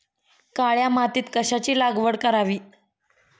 काळ्या मातीत कशाची लागवड करावी?